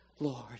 Lord